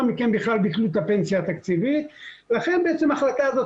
מכן בכלל ביטלו את הפנסיה התקציבית ולכן בעצם ההחלטה הזאת